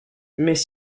mais